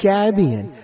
Caribbean